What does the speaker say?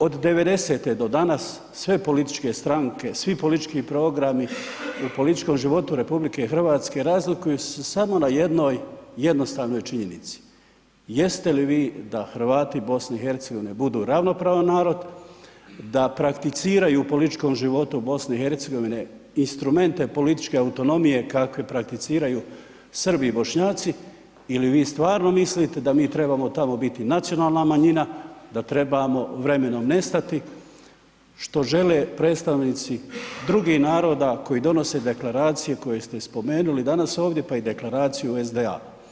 Od '90.-te do danas, sve političke stranke, svi politički programi u političkom životu RH razlikuju se samo na jednoj jednostavnoj činjenici, jest li vi da Hrvati BiH budu ravnopravan narod, da prakticiraju u političkom životu BiH instrumente političke autonomije kakve prakticiraju Srbi i Bošnjaci ili vi stvarno mislite da mi trebamo tamo biti nacionalna manjina, da trebamo vremenom nestati što žele predstavnici drugih naroda koji donose deklaracije koje ste spomenuli danas ovdje, pa i Deklaraciju SDA.